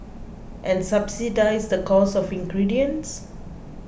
and subsidise the cost of ingredients